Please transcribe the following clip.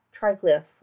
triglyph